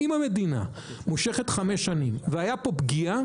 אם המדינה מושכת חמש שנים והייתה פה פגיעה,